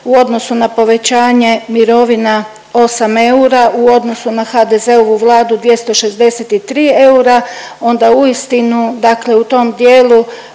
u odnosu na povećanje mirovina 8 eura u odnosu na HDZ-ovu Vladu 263 eura, onda uistinu dakle u tom dijelu